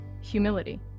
humility